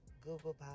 Google